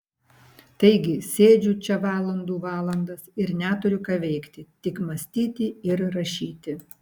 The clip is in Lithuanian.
taigi sėdžiu čia valandų valandas ir neturiu ką veikti tik mąstyti ir rašyti